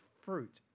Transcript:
fruit